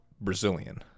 Brazilian